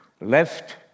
left